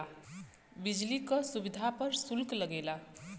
बिजली क सुविधा पर सुल्क लगेला